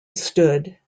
stood